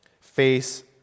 face